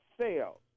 sales